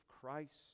Christ